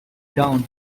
down